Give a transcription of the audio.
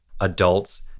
adults